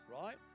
right